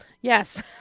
Yes